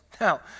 Now